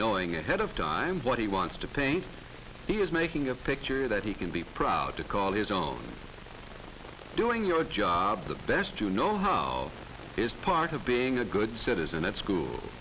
knowing ahead of time what he wants to paint he is making a picture that he can be proud to call his own doing your job the best you know how is part of being a good citizen at school